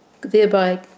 thereby